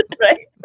Right